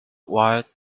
wild